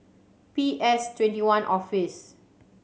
P S Twenty one Office